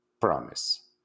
promise